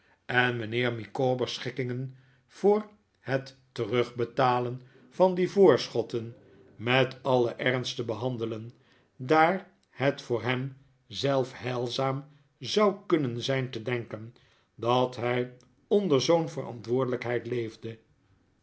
en mijnheer micawber's schikkingen voor het terugbetalen van die voorschotten met alien ernst te behandelen daar het voor hem zelf heilzaam zou kunnen zijn te denken dat hij onder zoo'n verantwoordelijkheid leefde